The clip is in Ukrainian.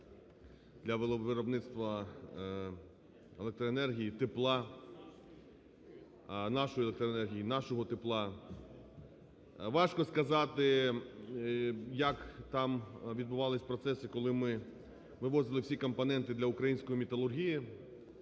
для виробництва електроенергії, тепла, нашої електроенергії, нашого тепла. Важко сказати, як там відбувались процеси, коли ми вивозили всі компоненти для української металургії.